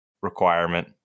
requirement